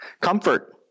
comfort